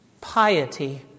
piety